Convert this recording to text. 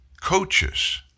coaches